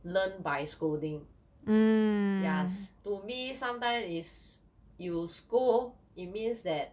learn by scolding yes to me sometimes is you scold it means that